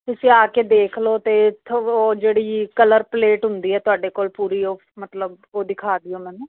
ਤੁਸੀਂ ਆ ਕੇ ਦੇਖ ਲੋ ਤੇ ਥੋ ਜਿਹੜੀ ਕਲਰ ਪਲੇਟ ਹੁੰਦੀ ਐ ਤੁਹਾਡੇ ਕੋਲ ਓ ਪੂਰੀ ਮਤਲਬ ਉਹ ਦਿਖਾ ਦਿਓ ਮੈਨੂੰ